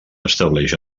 estableix